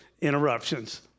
interruptions